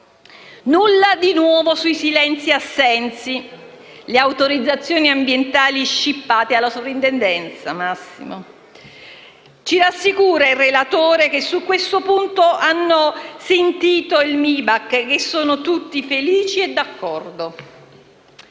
Nulla di nuovo sui silenzi-assensi; le autorizzazioni ambientali sono state scippate alla Soprintendenza. Ci assicura il relatore che su questo punto hanno sentito il Mibact e che sono tutti felici e d'accordo.